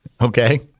Okay